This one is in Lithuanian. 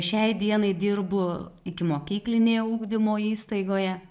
šiai dienai dirbu ikimokyklinėje ugdymo įstaigoje